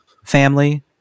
family